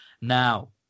Now